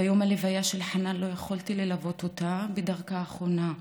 ביום הלוויה של חנאן לא יכולתי ללוות אותה בדרכה האחרונה.